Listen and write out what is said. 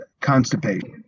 constipation